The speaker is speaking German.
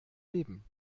leben